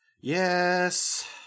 Yes